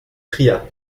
cria